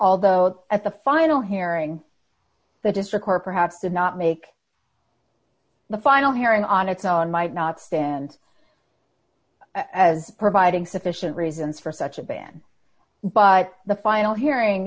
those at the final hearing the district or perhaps to not make the final hearing on its own might not stand as providing sufficient reasons for such a ban but the final hearing